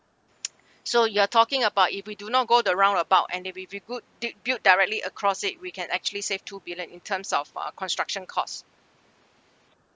so you are talking about if we do not go the round about and if we good did build directly across it we can actually save two billion in terms of uh construction costs